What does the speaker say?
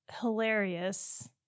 hilarious